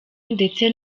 ndetse